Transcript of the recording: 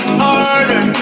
harder